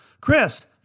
chris